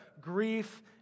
grief